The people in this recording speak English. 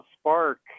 spark